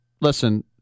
listen